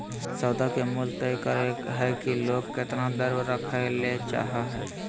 सौदा के मूल्य तय करय हइ कि लोग केतना द्रव्य रखय ले चाहइ हइ